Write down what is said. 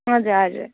हजुर हजुर